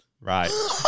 Right